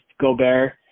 Gobert